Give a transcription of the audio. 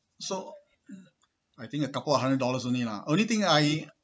so I think a couple hundred dollars only lah only thing I